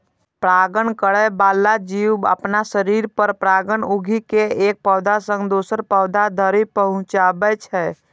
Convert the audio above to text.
परागण करै बला जीव अपना शरीर पर परागकण उघि के एक पौधा सं दोसर पौधा धरि पहुंचाबै छै